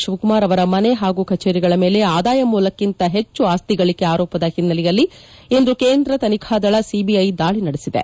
ಶಿವಕುಮಾರ್ ಅವರ ಮನೆ ಹಾಗೂ ಕಚೇರಿಗಳ ಮೇಲೆ ಆದಾಯ ಮೂಲಕ್ಕಿಂತ ಪೆಚ್ಚು ಆಸ್ತಿಗಳಕೆ ಆರೋಪದ ಒನ್ನೆಲೆಯಲ್ಲಿ ಇಂದು ಕೇಂದ್ರ ತನಿಖಾ ದಳ ಸಿಐಐ ದಾಳಿ ನಡೆಸಿದೆ